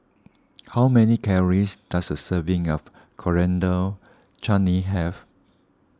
how many calories does a serving of Coriander Chutney have